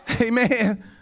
Amen